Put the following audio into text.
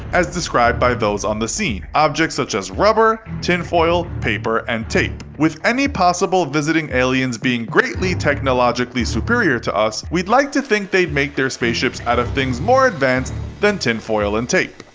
as described by those on the scene objects such as rubber, tinfoil, paper, and tape. with any possible visiting aliens being greatly technologically superior to us, we'd like to think they'd make their spaceships out of things more advanced than tin foil and tape.